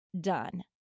done